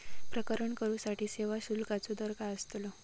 प्रकरण करूसाठी सेवा शुल्काचो दर काय अस्तलो?